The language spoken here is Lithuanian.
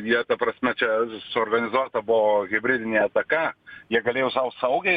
jie ta prasme čia suorganizuota buvo hibridinė ataka jie galėjo sau saugiai